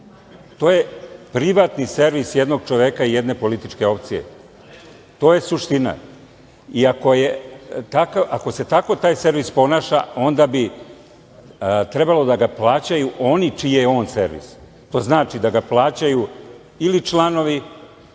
To je privatni servis jednog čoveka i jedne političke opcije. To je suština. Ako se tako taj servis ponaša onda bi trebalo da ga plaćaju oni čiji je on servis. To znači da ga plaćaju ili članovi